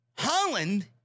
Holland